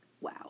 Wow